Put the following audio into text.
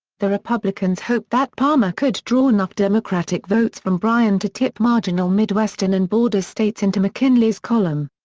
the republicans hoped that palmer could draw enough democratic votes from bryan to tip marginal midwestern and border states into mckinley's column.